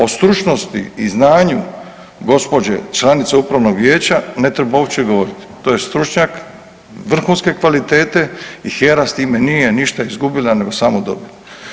O stručnosti i znanju gospođe članice upravnog vijeća ne treba uopće govoriti, to je stručnjak vrhunske kvalitete i HERA s time nije ništa izgubila nego samo dobila.